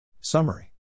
Summary